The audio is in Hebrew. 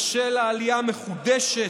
בשל העלייה המחודשת,